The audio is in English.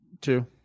Two